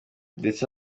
ndetse